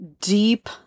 deep